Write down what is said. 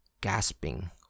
gasping